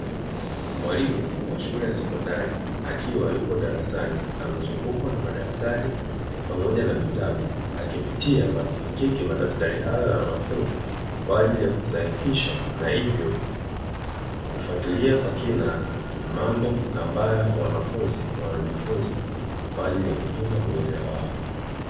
Mwalimu wa shule ya sekondari, akiwa yupo darasani, amezungukwa na madaftari pamoja na vitabu, akipitia na kuhakiki madaftari hayo ya wanafunzi kwa ajili ya kusahihisha na hivyo kufuatilia kwa kina mambo ambayo wanafunzi wanajifunza kwa ajili ya kupima uelewa wao.